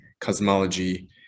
cosmology